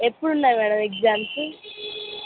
ఎప్పుడు ఉన్నాయి madam exams